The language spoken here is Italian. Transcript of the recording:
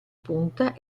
punta